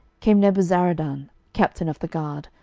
came nebuzaradan, captain of the guard,